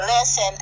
Listen